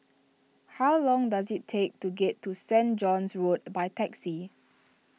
how long does it take to get to Saint John's Road by taxi